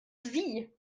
sie